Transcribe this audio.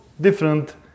different